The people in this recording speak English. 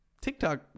TikTok